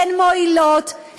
הן מועילות,